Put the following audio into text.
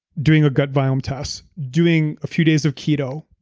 doing a gut biome test, doing a few days of keto,